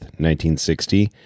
1960